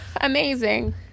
Amazing